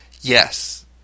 Yes